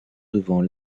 devant